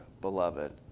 beloved